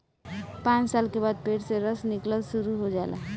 पांच साल के बाद पेड़ से रस निकलल शुरू हो जाला